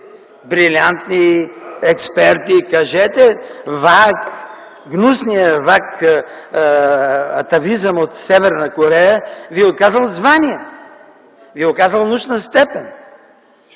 брилянти, експерти, кажете: ВАК, гнусният ВАК, атавизъм от Северна Корея, ви е отказал звание, Ви е отказал научна степен?